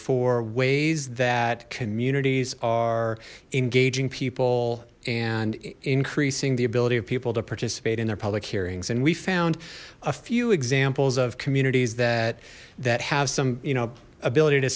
for ways that communities are engaging people and increasing the ability of people to participate in their public here and we found a few examples of communities that that have some you know ability to